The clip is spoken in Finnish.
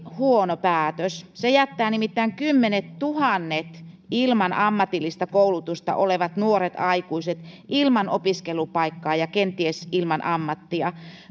huono päätös se jättää nimittäin kymmenettuhannet ilman ammatillista koulutusta olevat nuoret aikuiset ilman opiskelupaikkaa ja kenties ilman ammattia